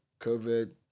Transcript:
COVID